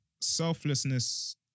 selflessness